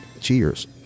cheers